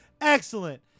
Excellent